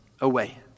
away